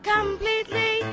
Completely